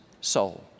soul